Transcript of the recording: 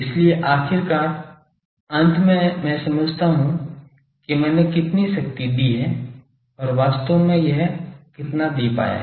इसलिए आखिरकार अंत में मैं समझता हूं कि मैंने कितनी शक्ति दी है और वास्तव में यह कितना दे पाया है